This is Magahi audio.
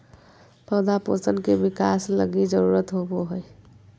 पौधा पोषण के बिकास लगी जरुरत होबो हइ